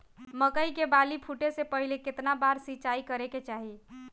मकई के बाली फूटे से पहिले केतना बार सिंचाई करे के चाही?